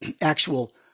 actual